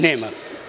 Nema.